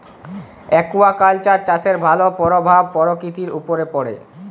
aquaculture চাষের ভালো পরভাব পরকিতির উপরে পড়ে